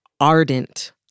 ardent